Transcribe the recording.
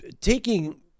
taking